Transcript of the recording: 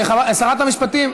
שרת המשפטים,